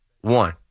one